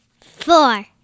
Four